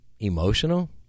Emotional